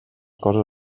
coses